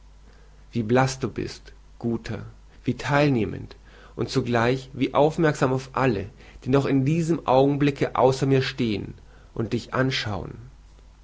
wie blaß du bist guter wie theilnehmend und zugleich wie aufmerksam auf alle die noch in diesem augenblicke außer mir stehen und dich anschauen